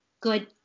good